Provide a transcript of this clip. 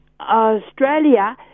Australia